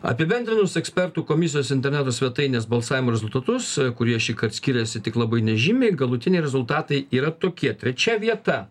apibendrinus ekspertų komisijos interneto svetainės balsavimo rezultatus kurie šįkart skiriasi tik labai nežymiai galutiniai rezultatai yra tokie trečia vieta